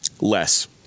less